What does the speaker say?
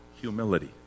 humility